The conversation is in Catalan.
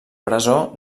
presó